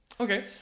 Okay